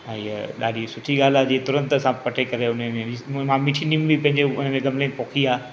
ऐं ईअं ॾाढी सुठी ॻाल्हि आहे जीअं तुरंत असां कटे करे उन में विझी अने मिठी नीम बि पंहिंजे उन में गमिले में पोखी आहे